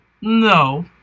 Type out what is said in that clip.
No